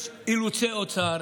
יש אילוצי אוצר,